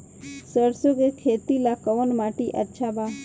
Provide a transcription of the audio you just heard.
सरसों के खेती ला कवन माटी अच्छा बा?